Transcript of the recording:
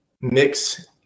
mix